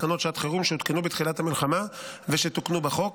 תקנות שעת חירום שהותקנו בתחילת המלחמה ושתוקנו בחוק,